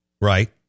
Right